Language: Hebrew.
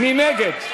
מי נגד?